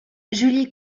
julie